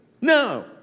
No